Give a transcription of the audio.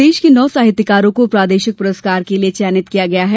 प्रदेश के नौ साहित्यकारों को प्रादेशिक पुरस्कार के लिए चयनित किया गया है